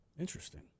Interesting